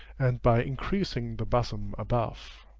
and by increasing the bosom above.